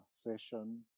session